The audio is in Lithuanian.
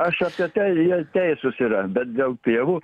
aš apie tai jie teisūs yra bet dėl pievų